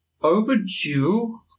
Overdue